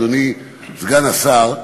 אדוני סגן השר,